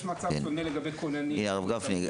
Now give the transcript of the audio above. יש מצב דומה לגבי כוננים -- הרב גפני,